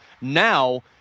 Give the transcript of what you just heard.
now